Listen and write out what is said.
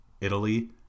Italy